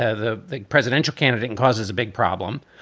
ah the the presidential candidate, and causes a big problem.